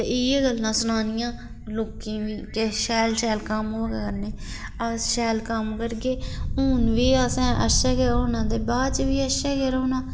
ते इ'यै गल्लां सनानी आं लोकें बी के शैल शैल कम्म ओह् गै करने अस शैल कम्म करगे हून बी असें अच्छे गै रौह्ना ते बाद च बी अच्छे गै रौह्ना